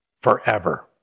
forever